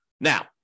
Now